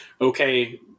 Okay